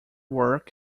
work